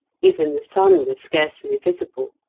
even the sun was scarcely visible.